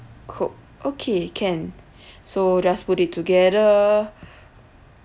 coke okay can so just put it together